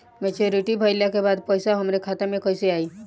Maturity भईला के बाद पईसा हमरे खाता में कइसे आई?